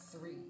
Three